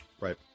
Right